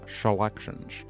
selections